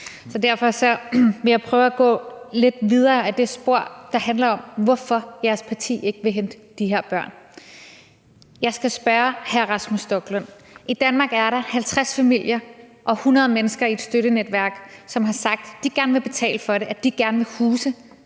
Så derfor vil jeg prøve at gå lidt videre ad det spor, der handler om, hvorfor jeres parti ikke vil hente de her børn. Jeg skal spørge hr. Rasmus Stoklund: I Danmark er der 50 familier og 100 mennesker i et støttenetværk, som har sagt, at de gerne vil betale for det, at de gerne vil huse